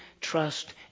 trust